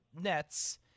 Nets